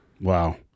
Wow